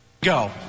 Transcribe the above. Go